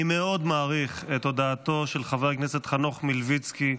אני מאוד מעריך את הודעתו של חבר הכנסת חנוך מלביצקי,